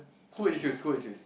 who you choose who you choose